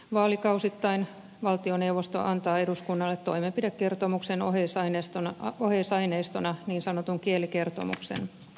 vaalikausittain valtioneuvosto antaa eduskunnalle toimenpidekertomuksen oheisaineistona niin sanotun kielikertomuksen